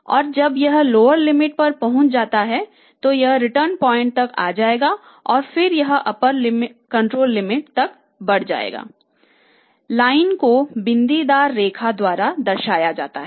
और जब यह लोअर लिमिट द्वारा दर्शाया जाता है